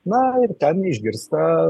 na ir ten išgirsta